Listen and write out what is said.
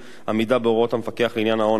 עמידה בהוראות המפקח לעניין ההון העצמי